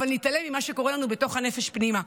אבל נתעלם ממה שקורה לנו בתוך הנפש פנימה.